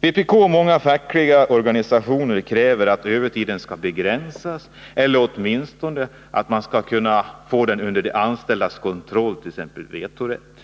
Vpk och många fackliga organisationer kräver att övertiden skall begränsas eller åtminstone att den skall komma under de anställdas kontroll, t.ex. genom vetorätt.